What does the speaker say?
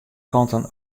kanten